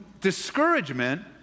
discouragement